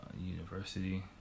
University